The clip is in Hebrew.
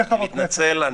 אני מתנצל.